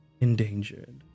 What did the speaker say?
endangered